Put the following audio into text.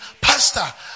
pastor